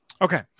Okay